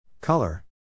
Color